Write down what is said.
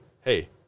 hey